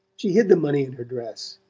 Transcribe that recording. she hid the money in her dress,